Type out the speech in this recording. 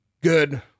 Good